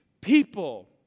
people